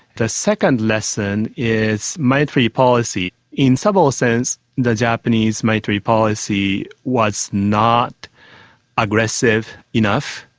the second lesson is monetary policy. in several senses the japanese monetary policy was not aggressive enough.